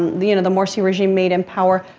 the and and morsi regime, made in power,